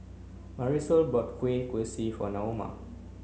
Marisol bought Kueh Kosui for Naoma